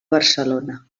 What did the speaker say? barcelona